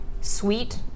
Sweet